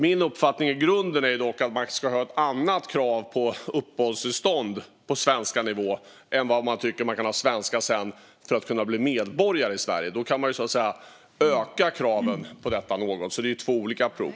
Min uppfattning i grunden är dock att man ska ha ett annat krav på nivå i svenska när det gäller uppehållstillstånd än vad man kan tycka att man behöver för att kunna bli medborgare i Sverige. Då kan man öka kraven något. Det är alltså två olika prov.